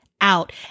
out